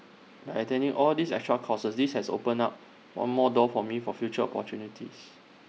by attending all these extra courses this has opened up one more door for me for future opportunities